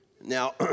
Now